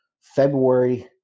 February